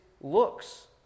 looks